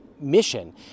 mission